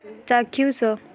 ଚାକ୍ଷୁଷ